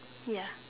ya